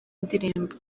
indirimbo